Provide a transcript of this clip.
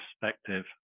perspective